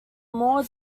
more